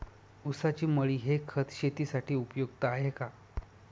ऊसाची मळी हे खत शेतीसाठी उपयुक्त आहे का?